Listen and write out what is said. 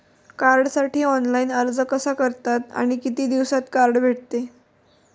कार्डसाठी ऑनलाइन अर्ज कसा करतात आणि किती दिवसांत कार्ड भेटते?